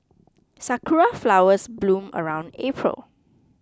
sakura flowers bloom around April